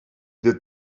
did